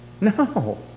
No